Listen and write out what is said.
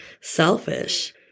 selfish